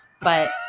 but-